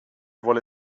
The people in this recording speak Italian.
vuole